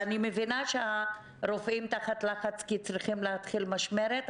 ואני מבינה שהרופאים תחת לחץ כי הם צריכים להתחיל משמרת.